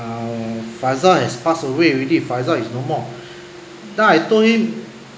err faisal has passed away already faisal is no more then I told him